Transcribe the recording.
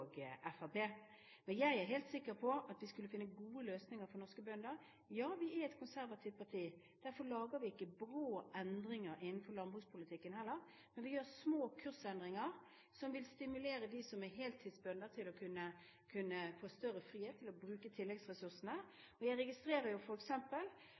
Men jeg er helt sikker på at vi skulle finne gode løsninger for norske bønder. Ja, vi er et konservativt parti. Derfor gjør vi ikke brå endringer innenfor landbrukspolitikken heller, men vi gjør små kursendringer som vil gi dem som er heltidsbønder, større frihet og stimulere dem til å bruke tilleggsressursene.